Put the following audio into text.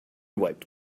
wiped